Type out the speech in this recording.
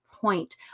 point